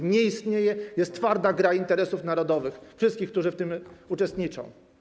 Ona nie istnieje, jest twarda gra interesów narodowych - wszystkich, którzy w tym uczestniczą.